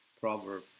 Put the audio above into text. proverb